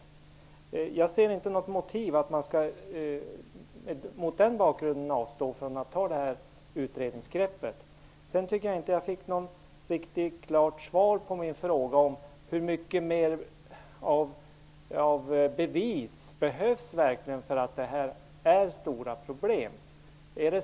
Mot den bakgrunden ser jag inte något motiv till att man skall avstå från att ta detta utredningsgrepp. Sedan tycker jag inte att jag fick något riktigt klart svar på min fråga om hur mycket mer av bevis som behövs för att man skall inse att detta är stora problem.